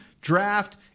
draft